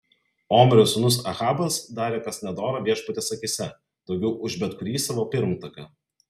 omrio sūnus ahabas darė kas nedora viešpaties akyse daugiau už bet kurį savo pirmtaką